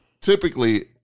typically